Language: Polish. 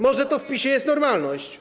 Może to w PiS-e jest normalność?